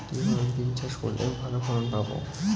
কিভাবে বিম চাষ করলে ভালো ফলন পাব?